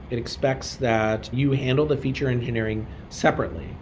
it expects that you handle the feature engineering separately.